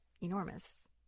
enormous